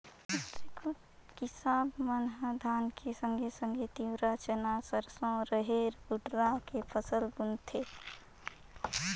किसाप मन ह धान के संघे संघे तिंवरा, चना, सरसो, रहेर, बटुरा के फसल बुनथें